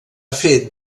fet